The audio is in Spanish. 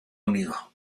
unido